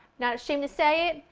not ashamed to say it.